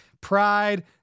Pride